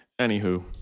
anywho